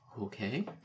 Okay